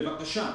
בבקשה,